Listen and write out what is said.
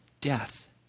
death